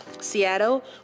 Seattle